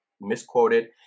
misquoted